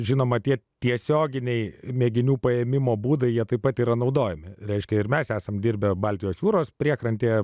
žinoma tie tiesioginiai mėginių paėmimo būdai jie taip pat yra naudojami reiškia ir mes esam dirbę baltijos jūros priekrantėje